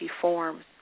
forms